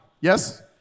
yes